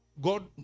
god